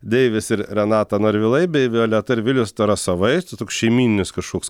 deivis ir renata norvilai bei violeta ir vilius tarasovai čia toks šeimyninis kažkoks